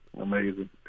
Amazing